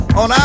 on